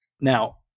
Now